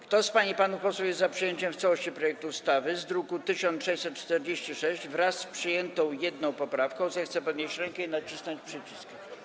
Kto z pań i panów posłów jest za przyjęciem w całości projektu ustawy z druku nr 1646, wraz z przyjętą poprawką, zechce podnieść rękę i nacisnąć przycisk.